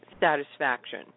satisfaction